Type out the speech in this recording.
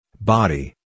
Body